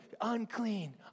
unclean